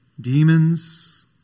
demons